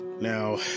now